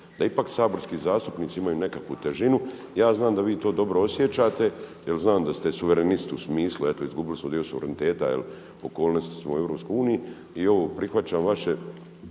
Da ipak saborski zastupnici imaju nekakvu težinu. Ja znam da vi to dobro osjećate jer znam da ste suverenist u smislu eto izgubili smo dio suvereniteta jel …/Ne razumije se./… EU. I ovo prihvaćam vaše